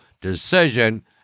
decision